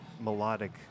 melodic